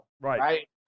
right